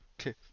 Okay